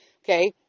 Okay